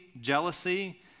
jealousy